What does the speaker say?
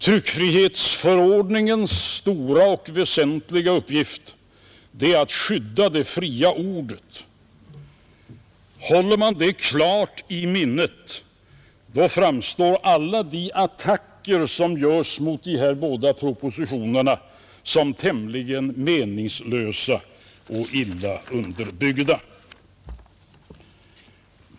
Tryckfrihetsförordningens stora och väsentliga uppgift är att skydda det fria ordet. Håller man det klart i minnet, då framstår alla attacker som görs mot de här båda propositionerna som tämligen meningslösa och illa underbyggda.